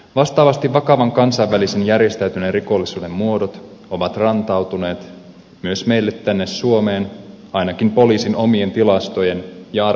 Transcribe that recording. vastaavasti vakavan kansainvälisen järjestäytyneen rikollisuuden muodot ovat rantautuneet myös meille tänne suomeen ainakin poliisin omien tilastojen ja arvioiden mukaan